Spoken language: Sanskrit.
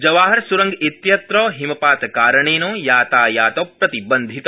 जवाहरस्रंग इत्यंत्र हिमपातकारणेन यातायातप्रतिबन्धित